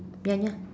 ya ya